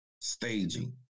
staging